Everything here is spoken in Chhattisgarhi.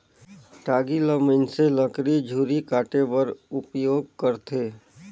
टागी ल मइनसे लकरी झूरी काटे बर उपियोग करथे